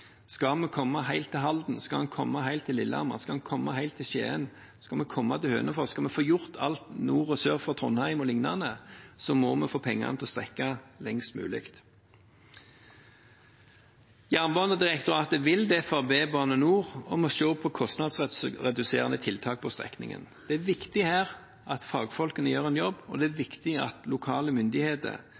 Skal vi komme helt til Halden, skal vi komme helt til Lillehammer, skal vi komme helt til Skien, skal vi komme til Hønefoss, skal vi få gjort alt nord og sør for Trondheim o.l., må vi få pengene til å strekke lengst mulig. Jernbanedirektoratet vil derfor be Bane NOR om å se på kostnadsreduserende tiltak på strekningen. Det er viktig at fagfolkene gjør en jobb, og det er viktig at lokale myndigheter,